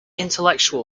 intellectual